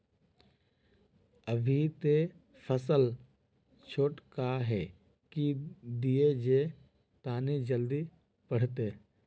अभी ते फसल छोटका है की दिये जे तने जल्दी बढ़ते?